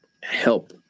help